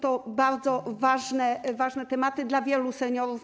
To bardzo ważne tematy dla wielu seniorów.